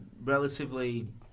relatively